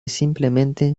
simplemente